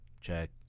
check